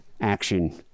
action